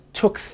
took